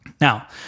Now